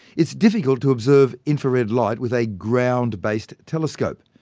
it's difficult to observe infrared light with a ground-based telescope.